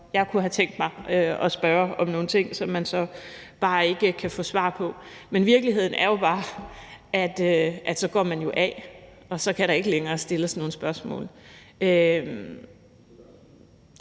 jeg kunne have tænkt mig at spørge om nogle ting, som man så bare ikke kan få svar på. Men virkeligheden er jo bare, at så går man af, og så kan der ikke længere stilles nogen spørgsmål. Det er